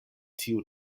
tiu